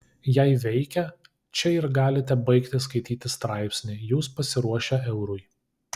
jei veikia čia ir galite baigti skaityti straipsnį jūs pasiruošę eurui